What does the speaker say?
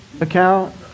account